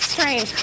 Strange